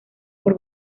por